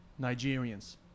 Nigerians